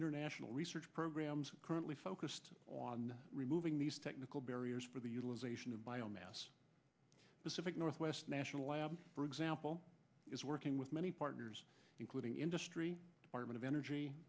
international research programs currently focused on removing these technical barriers for the utilization of biomass specific northwest national labs for example is working with many partners including industry department of energy